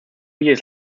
years